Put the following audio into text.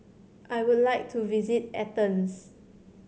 I would like to visit Athens